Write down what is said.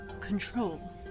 control